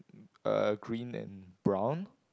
uh green and brown